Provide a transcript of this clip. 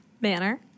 manner